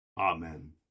Amen